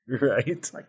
Right